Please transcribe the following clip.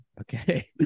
Okay